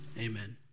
amen